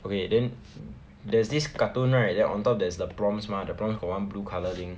okay then there's this cartoon right then on top there's the prompts mah the prompts got one blue colour thing